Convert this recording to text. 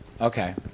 Okay